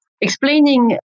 explaining